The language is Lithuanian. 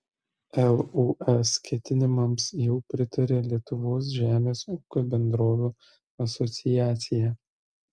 lūs ketinimams jau pritarė lietuvos žemės ūkio bendrovių asociacija